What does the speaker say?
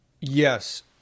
Yes